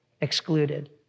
excluded